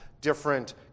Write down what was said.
different